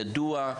ידוע,